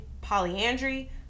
polyandry